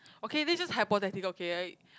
okay this just hypothetical okay I